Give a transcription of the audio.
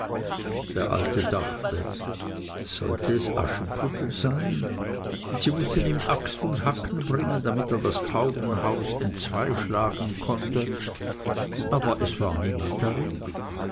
der alte dachte sollte es aschenputtel sein und sie mußten ihm axt und hacken bringen damit er das taubenhaus entzweischlagen konnte aber es war niemand darin